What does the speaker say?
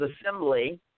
Assembly